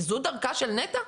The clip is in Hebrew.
זו דרכה של נת"ע?